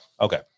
Okay